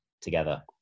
together